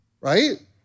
right